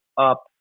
up